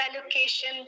allocation